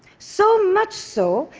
so much so,